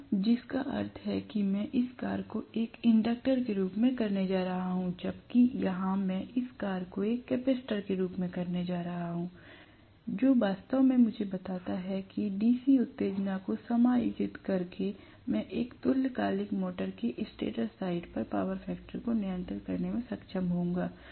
तो जिसका अर्थ है कि मैं इस कार्य को एक इंडक्टर के रूप में करने जा रहा हूं जबकि यहां मैं इस कार्य को एक कैपेसिटर के रूप में करने जा रहा हूं जो वास्तव में मुझे बताता है कि डीसी उत्तेजना को समायोजित करके मैं एक तुल्यकालिक मोटर के स्टेटर साइड पर पावर फैक्टर को नियंत्रित करने में सक्षम होऊंगा